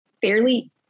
fairly